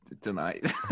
tonight